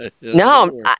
no